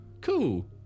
cool